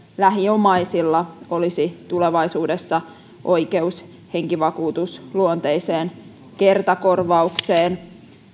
lähiomaisilla olisi tulevaisuudessa oikeus henkivakuutusluonteiseen kertakorvaukseen